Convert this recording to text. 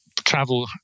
travel